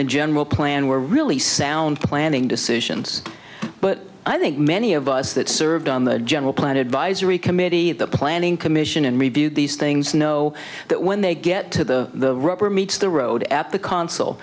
the general plan were really sound planning decisions but i think many of us that served on the general plan advisory committee the planning commission and reviewed these things know that when they get to the rubber meets the road at the cons